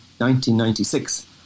1996